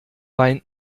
weint